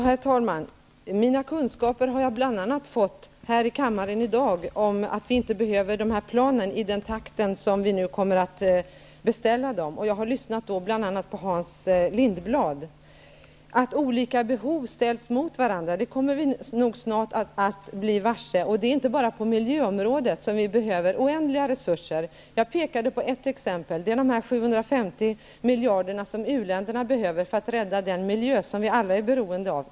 Herr talman! Mina kunskaper om att vi inte behöver dessa plan i den takt som de nu kommer att beställas har jag fått bl.a. här i kammaren i dag. Jag har lyssnat bl.a. på Hans Lindblad. Att olika behov ställs mot varandra kommer vi nog snart att bli varse. Det är inte bara på miljöområdet som vi behöver oändliga resurser. Jag pekade på ett exempel, nämligen de 750 miljarder som uländerna behöver för att rädda den miljö som vi alla är beroende av.